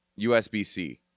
usbc